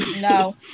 No